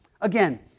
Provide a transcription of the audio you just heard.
Again